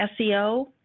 SEO